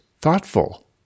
thoughtful